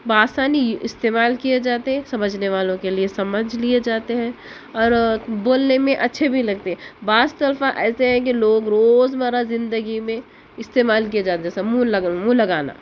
بآسانی استعمال کئے جاتے سمجھنے والوں کے لئے سمجھ لئے جاتے ہیں اور بولنے میں اچھے بھی لگتے ہیں بعض دفعہ ایسے ہے کہ لوگ روز مرہ زندگی میں استعمال کیے جاتے ہیں جیسے منھ لگ منھ لگانا